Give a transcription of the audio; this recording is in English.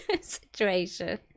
Situation